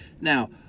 now